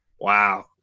wow